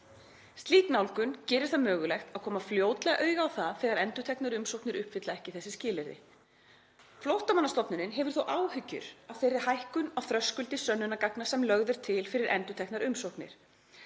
Slík nálgun gerir það mögulegt að koma fljótlega auga á það þegar endurteknar umsóknir uppfylla ekki þessi skilyrði. Flóttamannastofnunin hefur þó áhyggjur af þeirri hækkun á þröskuldi sönnunargagna sem lögð er til fyrir endurteknar umsóknir.